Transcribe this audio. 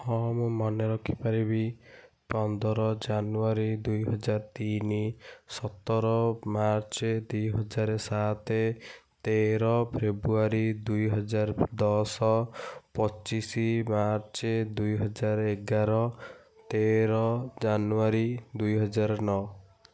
ହଁ ମୁଁ ମନେ ରଖିପାରିବି ପନ୍ଦର ଜାନୁୟାରୀ ଦୁଇ ହଜାର ତିନି ସତର ମାର୍ଚ୍ଚ ଦି ହଜାର ସାତ ତେର ଫେବୃଆରୀ ଦୁଇ ହଜାର ଦଶ ପଚିଶ ମାର୍ଚ୍ଚ ଦୁଇ ହଜାର ଏଗାର ତେର ଜାନୁୟାରୀ ଦୁଇ ହଜାର ନଅ